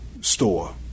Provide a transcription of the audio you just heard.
Store